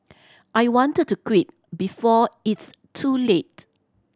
I wanted to quit before it's too late